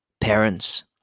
parents